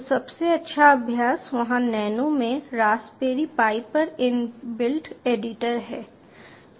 तो सबसे अच्छा अभ्यास वहाँ नैनो में रास्पबेरी पाई पर इन बिल्ट एडिटर है